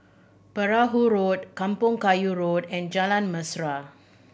Perahu Road Kampong Kayu Road and Jalan Mesra